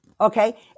Okay